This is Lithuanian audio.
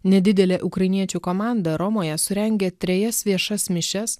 nedidelė ukrainiečių komanda romoje surengė trejas viešas mišias